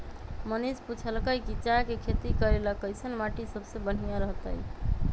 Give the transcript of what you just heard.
मनीष पूछलकई कि चाय के खेती करे ला कईसन माटी सबसे बनिहा रहतई